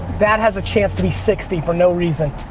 that has a chance to be sixty for no reason,